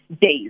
Days